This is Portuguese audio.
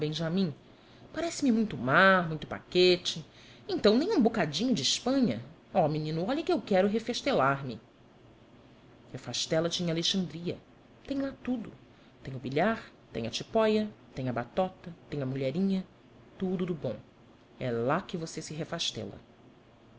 diabo benjamim parece-me muito mar muito paquete então nem um bocadinho de espanha ó menino olhe que eu quero refestelar me refestela se em alexandria tem lá tudo tem o bilhar tem a tipóia tem a batota tem a mulherinha tudo do bom e lá que você se refestela